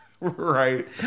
right